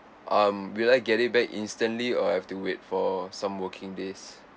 um we like get it back instantly or have to wait for some working days